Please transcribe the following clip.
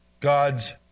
God's